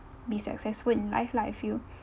be successful in life lah I feel